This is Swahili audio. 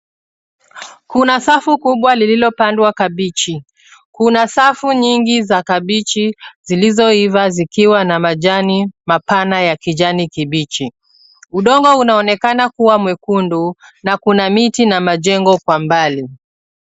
Kuna safu kubwa lililopandwa kabichi, kuna safu nyingi za kabichi zilizoiva zikiwa na majani mapana ya kijani kibichi, udongo unaonekana kua mwekundu na kuna miti na majengo kwa mbali.